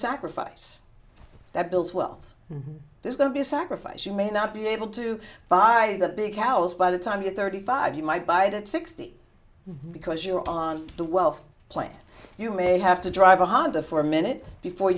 sacrifice that builds wealth there's going to be sacrifice you may not be able to buy that big house by the time you're thirty five you might buy it at sixty because you're on the wealth plan you may have to drive a honda for a minute before